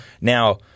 Now